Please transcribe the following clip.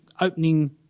opening